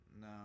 No